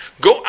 Go